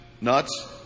Nuts